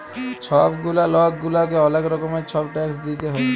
ছব গুলা লক গুলাকে অলেক রকমের ছব ট্যাক্স দিইতে হ্যয়